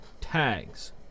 tags